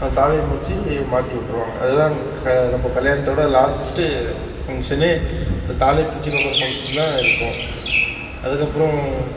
தாலியை பிரிச்சு மாற்றிவிட்ருவாங்க அதுதான் க நம்ப கல்யாணத்தோடய லாஸ்ட்டு ஃபங்க்ஷனு இந்த தாலியை பிரிச்சு கோக்கிற ஃபங்க்ஷன் தான் இருக்கும் அதுக்கப்புறம்